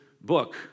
book